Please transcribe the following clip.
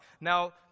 Now